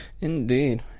Indeed